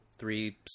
three